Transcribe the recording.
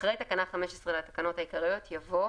אחרי תקנה 15 לתקנות העיקריות יבוא: